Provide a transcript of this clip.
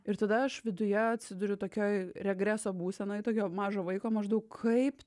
ir tada aš viduje atsiduriu tokioj regreso būsenoj tokio mažo vaiko maždaug kaip